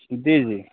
जी जी